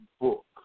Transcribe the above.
book